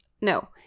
No